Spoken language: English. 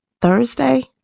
Thursday